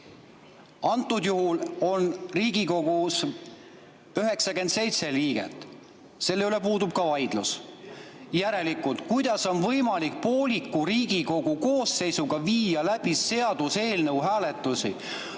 Antud juhul on Riigikogus 97 liiget. Selle üle puudub ka vaidlus. Järelikult, kuidas on võimalik pooliku Riigikogu koosseisuga viia läbi seaduseelnõu hääletusi?